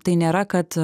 tai nėra kad